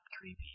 creepy